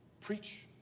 Preach